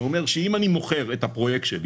זה אומר שאם אני מוכר את הפרויקט שלי